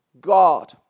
God